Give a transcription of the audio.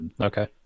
Okay